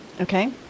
okay